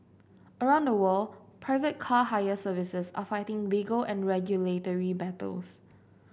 around the world private car hire services are fighting legal and regulatory battles